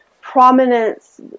prominence